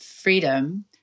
freedom